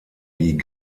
die